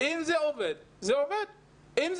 אם זה עובד אז זה עובד.